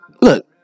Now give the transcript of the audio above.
Look